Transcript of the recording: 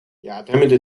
يعتمد